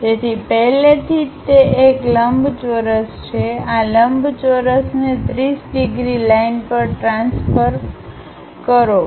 તેથી પહેલેથી જ તે એક લંબચોરસ છે આ લંબચોરસને 30 ડિગ્રી લાઇન પર ટ્રાન્સફર કરો